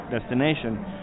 destination